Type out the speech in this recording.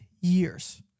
years